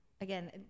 again